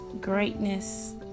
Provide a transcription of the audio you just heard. greatness